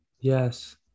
Yes